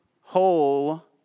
whole